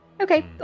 okay